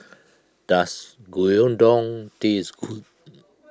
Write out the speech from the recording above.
does Gyudon taste